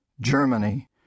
Germany